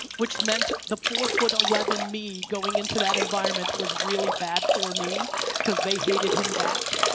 which meant the four foot eleven me going into that environment was really bad for me cause they hated him back.